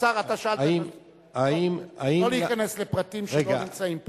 לא להיכנס לפרטים כשלא נמצאים פה.